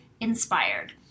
inspired